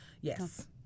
Yes